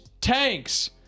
tanks